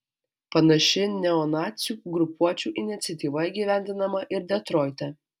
panaši neonacių grupuočių iniciatyva įgyvendinama ir detroite